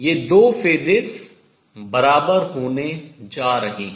ये दो phases कलाएं बराबर होने जा रही हैं